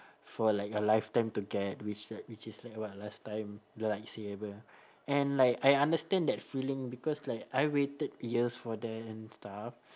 for like a lifetime to get which like which is like what last time the lightsaber and like I understand that feeling because like I waited years for that and stuff